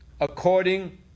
according